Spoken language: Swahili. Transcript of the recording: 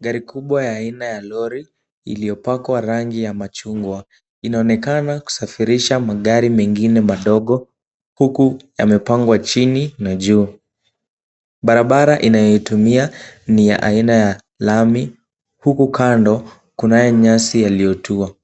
Gari kubwa ya aina ya lori, iliopakwa rangi ya machungwa, inaonekana kusafirisha magari mengine madogo, huku yamepangwa chini na juu, barabara inayotumia ni ya aina ya lami, huku kando kunae nyasi yaliyotua,